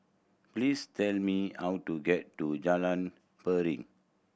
please tell me how to get to Jalan Piring